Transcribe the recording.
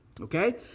Okay